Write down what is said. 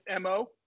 mo